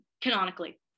canonically